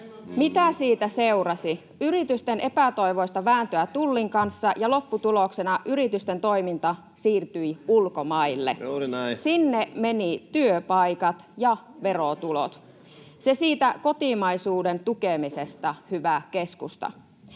Mitä siitä seurasi? Yritysten epätoivoista vääntöä Tullin kanssa, ja lopputuloksena yritysten toiminta siirtyi ulkomaille. [Eduskunnasta: Juuri näin!] Sinne menivät työpaikat ja verotulot. Se siitä kotimaisuuden tukemisesta, hyvä keskusta.